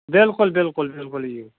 بِلکُل بِلکُل بِلکُل یِیو